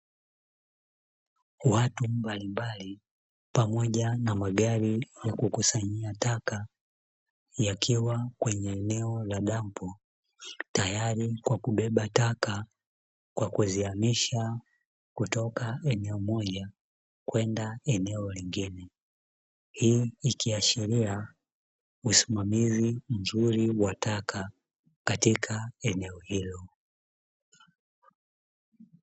Watu mbalimbali pamoja na magari ya kukusanyia takawa yakiwa kwenye eneo la dampo tayari kwa kubeba taka kwa kuzihamisha kutoka eneo moja kwenda eneo lingine. Hii ikiashiria usimamizi mzuri wa taka katika eneo hilo.